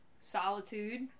Solitude